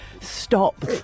stop